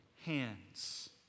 hands